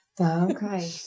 Okay